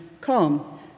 come